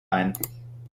ein